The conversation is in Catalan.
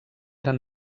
eren